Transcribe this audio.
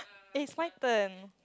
it's my turn